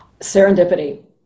Serendipity